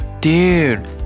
Dude